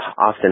often